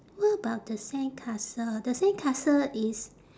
what about the sandcastle the sandcastle is